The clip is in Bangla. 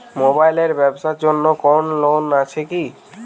মোবাইল এর ব্যাবসার জন্য কোন লোন আছে কি?